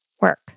work